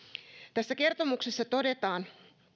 tässä kertomuksessa todetaan